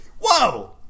Whoa